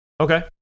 Okay